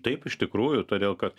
taip iš tikrųjų todėl kad